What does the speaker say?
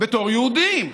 בתור יהודים.